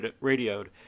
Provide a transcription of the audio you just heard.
radioed